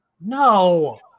No